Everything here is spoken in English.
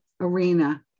arena